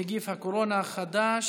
נגיף הקורונה החדש),